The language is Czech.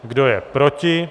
Kdo je proti?